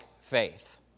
faith